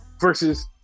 versus